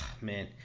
Man